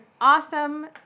awesome